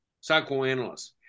psychoanalyst